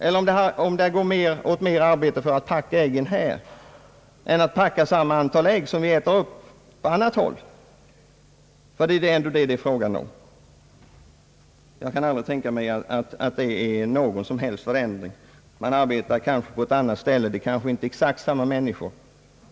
Eller menar han att det går åt mera arbete för att packa äggen här än att packa samma antal ägg på annat håll? För det är ändå det det är frågan om. Jag kan aldrig tänka mig att det innebär någon som helst förändring. Man arbetar kanske på ett annat ställe, och det är kanske inte exakt samma människor.